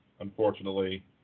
unfortunately